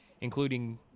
including